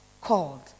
called